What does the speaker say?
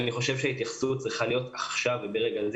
אני חושב שההתייחסות צריכה להיות עכשיו וברגע זה